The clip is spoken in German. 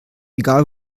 egal